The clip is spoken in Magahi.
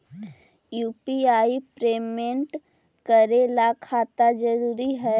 यु.पी.आई पेमेंट करे ला खाता जरूरी है?